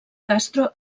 castro